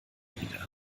wieder